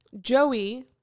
Joey